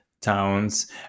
towns